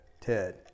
Ted